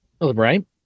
Right